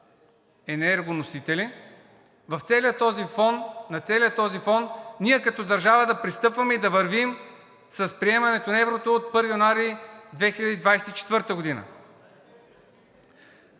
енергоносители, на целия този фон ние като държава да пристъпваме и да вървим с приемането на еврото от 1 януари 2024 г.